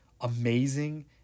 amazing